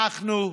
אנחנו,